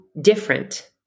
different